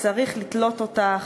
"צריך לתלות אותך",